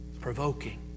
Provoking